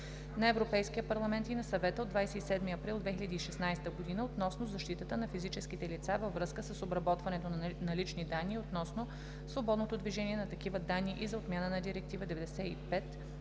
на Европейския парламент и на Съвета от 27 април 2016 г. относно защитата на физическите лица във връзка с обработването на лични данни и относно свободното движение на такива данни и за отмяна на Директива